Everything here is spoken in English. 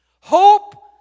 Hope